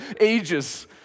ages